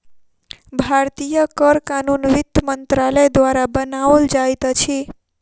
भारतीय कर कानून वित्त मंत्रालय द्वारा बनाओल जाइत अछि